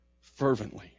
fervently